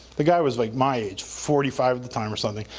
the guy was like my age, forty five at the time or something.